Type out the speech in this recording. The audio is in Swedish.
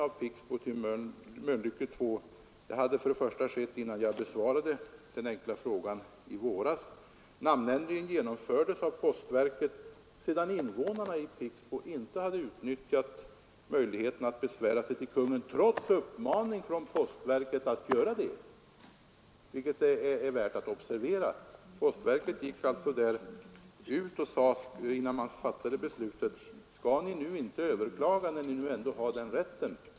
Namnändringen hade skett innan jag besvarade den enkla frågan i våras och genomfördes av postverket sedan invånarna i Pixbo inte hade utnyttjat möjligheten att besvära sig hos Kungl. Maj:t trots uppmaning från postverket att göra det, vilket är värt att observera. Postverket sade alltså innan man fattade beslutet: Skall ni inte överklaga när ni nu har den rätten?